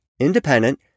Independent